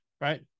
right